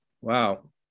wow